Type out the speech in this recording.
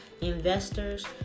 Investors